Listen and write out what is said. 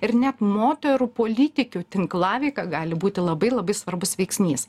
ir net moterų politikių tinklaveika gali būti labai labai svarbus veiksnys